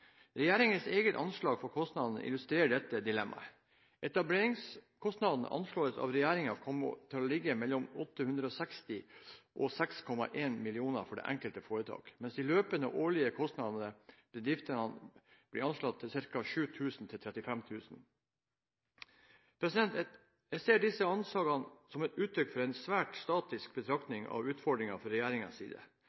Regjeringens egne anslag for kostnader illustrerer dette dilemmaet. Etableringskostnadene anslås av regjeringen til å ligge på mellom 860 000 kr og 6,1 mill. kr for det enkelte foretak, mens de løpende, årlige kostnadene for bedriftene blir anslått til fra ca. 7 000 kr til 35 000 kr. Jeg ser disse anslagene som et uttrykk for en svært statisk